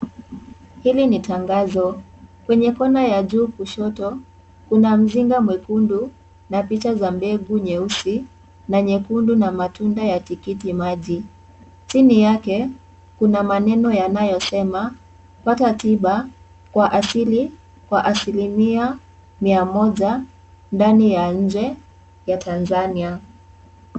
Hili ni tangazo, kwenye kona ya juu kushoto, kuna mzinga mwekundu na picha za mbegu nyeusi na nyekundu na matunda ya tikitimaji, chini yake kuna maneno yanayosema pata tiba kwa asili kwa asilimia mia moja ndani ya nje ya Tanzania.